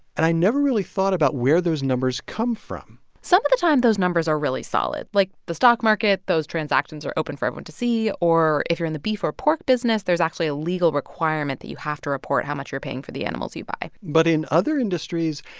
and i never really thought about where those numbers come from some of the time, those numbers are really solid. like, the stock market those transactions are open for everyone to see. or if you're in the beef or pork business, there's actually a legal requirement that you have to report how much you're paying for the animals you buy but in other industries,